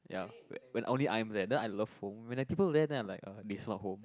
ya when only I'm there then I love home when got people then I'm like ugh this not home